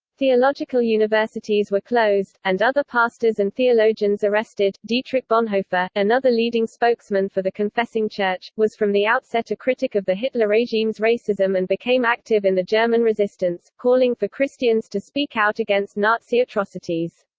theological universities were closed, and other pastors and theologians arrested dietrich bonhoeffer, another leading spokesman for the confessing church, was from the outset a critic of the hitler regime's racism and became active in the german resistance calling for christians to speak out against nazi atrocities.